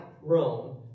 Rome